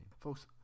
Folks